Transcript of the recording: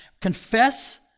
confess